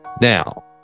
Now